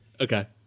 Okay